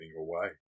away